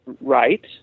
right